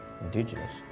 indigenous